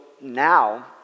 now